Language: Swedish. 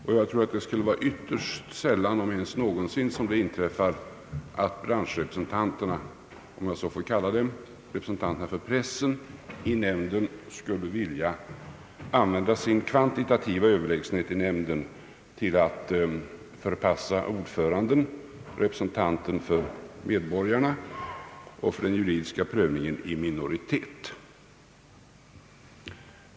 Det torde ytterst sällan, om ens någonsin, inträffa att branschrepresentanterna — om jag så får kalla dem, alltså representanterna för pressen — i nämnden skulle vilja använda sin kvantitativa överlägsenhet till att förpassa ordföranden, representanten för medborgarna och för den juridiska prövningen, i minoritet.